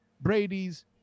Brady's